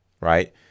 right